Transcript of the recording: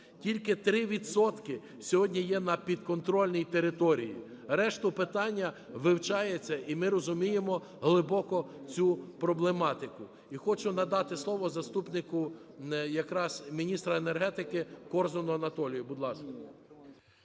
відсотки сьогодні є на підконтрольній території. Решта питання вивчається, і ми розуміємо глибоко цю проблематику. І хочу надати слово заступнику якраз міністра енергетики Корзуну Анатолію, будь ласка.